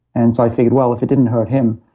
and so i figured, well, if it didn't hurt him,